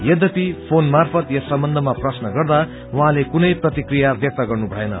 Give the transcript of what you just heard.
यद्यपि फ्रोन मार्फत यस सम्बन्धमा प्रश्न गर्दा उहाँले कुनै प्रतिक्रिया व्यक्त गर्नु भएन